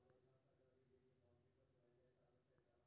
पानि एहि ब्रह्मांड मे जल वाष्प, तरल रूप मे आ बर्फक रूप मे रहै छै